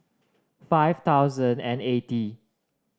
five thousand and eighty